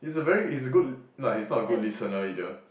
he's a very he's a good l~ no he's not a good listener either